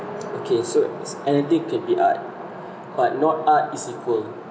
okay so s~ anything to be art but not art is equal